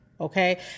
okay